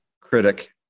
critic